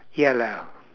yellow